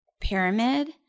pyramid